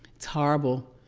it's horrible.